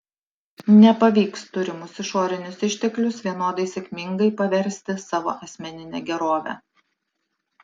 nepavyks turimus išorinius išteklius vienodai sėkmingai paversti savo asmenine gerove